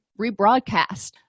rebroadcast